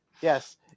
Yes